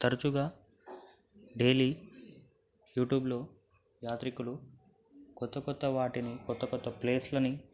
తరుచుగా డైలీ యూట్యూబ్లో యాత్రికులు కొత్త కొత్త వాటిని కొత్త కొత్త ప్లేస్లని